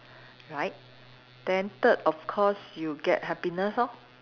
right then third of course you get happiness lor